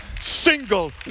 single